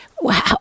wow